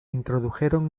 introdujeron